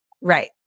Right